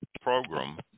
program